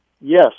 Yes